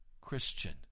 Christian